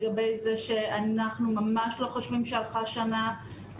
לגבי זה שאנחנו ממש לא חושבים שהלכה שנה.